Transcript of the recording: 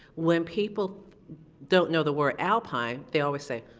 when people don't know the word alpine, they always say,